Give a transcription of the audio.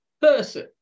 person